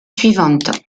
suivante